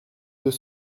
deux